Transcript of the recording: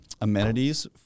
amenities